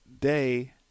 day